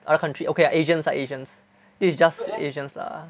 our country okay asians ah asians this is just asians lah